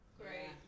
Great